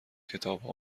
کتابها